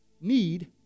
need